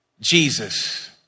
Jesus